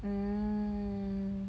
mm